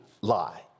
lie